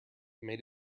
made